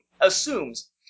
assumes